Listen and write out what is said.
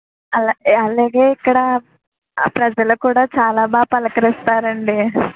అలా అలాగే ఇక్కడ ప్రజలు కూడా చాలా బాగా పలకరిస్తారండి